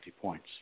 points